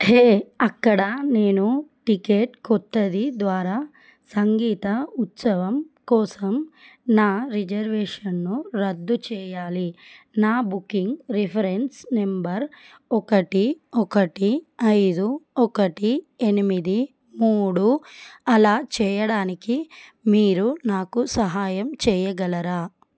హే అక్కడ నేను టికెట్ కొత్తది ద్వారా సంగీత ఉత్సవం కోసం నా రిజర్వేషన్ను రద్దు చేయాలి నా బుకింగ్ రిఫరెన్స్ నంబర్ ఒకటి ఒకటి ఐదు ఒకటి ఎనిమిది మూడు అలా చేయడానికి మీరు నాకు సహాయం చెయ్యగలరా